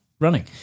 running